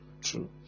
true